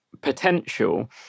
potential